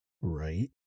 Right